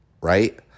right